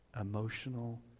emotional